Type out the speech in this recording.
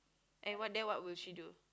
and what then what will she do